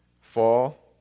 fall